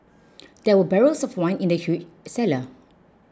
there were barrels of wine in the huge cellar